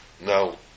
now